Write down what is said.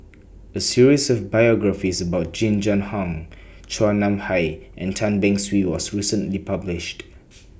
A series of biographies about Jing Jun Hong Chua Nam Hai and Tan Beng Swee was recently published